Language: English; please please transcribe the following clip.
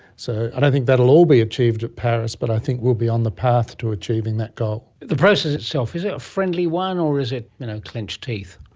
so i don't think that will all be achieved at paris but i think we will be on the path to achieving that goal. the process itself, is it a friendly one or is it you know clenched teeth?